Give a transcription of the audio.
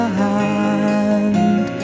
hand